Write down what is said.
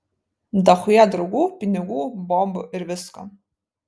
dachuja draugų pinigų bobų ir visko